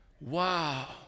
Wow